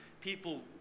people